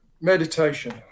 meditation